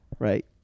right